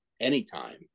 anytime